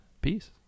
peace